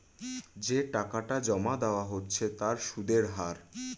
যে টাকাটা জমা দেওয়া হচ্ছে তার সুদের হার